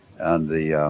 and the,